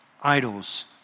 Idols